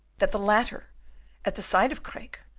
that the latter at the sight of craeke,